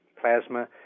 plasma